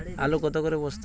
আলু কত করে বস্তা?